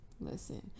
Listen